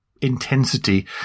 intensity